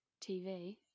TV